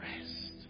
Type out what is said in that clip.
rest